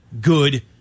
good